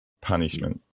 punishment